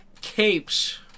Capes